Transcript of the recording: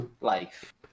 life